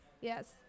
Yes